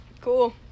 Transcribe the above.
cool